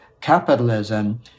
capitalism